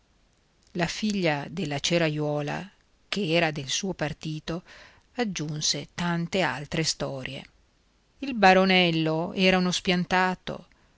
la figlia della ceraiuola ch'era del suo partito aggiunse tante altre storie il baronello era uno spiantato